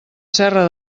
serra